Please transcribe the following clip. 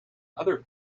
other